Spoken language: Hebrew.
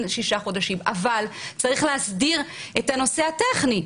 שישה חודשים אבל צריך להסדיר את הנושא הטכני.